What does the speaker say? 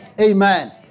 Amen